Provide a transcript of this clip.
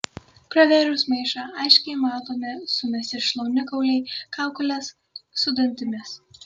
pravėrus maišą aiškiai matomi sumesti šlaunikauliai kaukolės su dantimis